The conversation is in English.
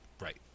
Right